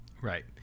right